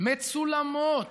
מצולמות,